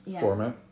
format